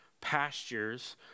pastures